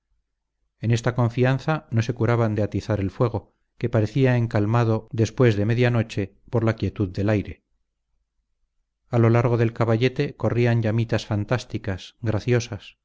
en esta confianza no se curaban de atizar el fuego que parecía encalmado después de medía noche por la quietud del aire a lo largo del caballete corrían llamitas fantásticas graciosas